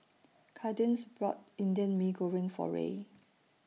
Kadence bought Indian Mee Goreng For Ray